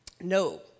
no